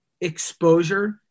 exposure